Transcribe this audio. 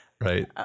right